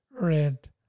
rent